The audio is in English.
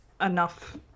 enough